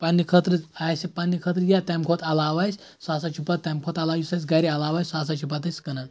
پَنٕنہِ خٲطرٕ آسہِ پنٕنہِ خٲطرٕ یا تَمہِ کھۄتہٕ علاوٕ آسہِ سُہ ہسا چھُ پَتہٕ تَمہِ کھۄتہٕ علاوٕ یُس اَسہِ گرِعلاوٕ آسہِ سُہ ہسا چھِ پتہٕ أسۍ کٕنان